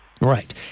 right